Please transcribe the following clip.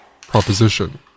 proposition